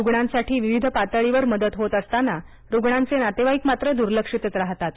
रुग्णांसाठी विविध पातळीवर मदत होत असताना रुग्णांचे नातेवाईक मात्र दूर्लक्षितच राहतात